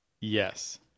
Yes